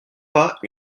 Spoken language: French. pas